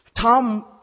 Tom